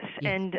Yes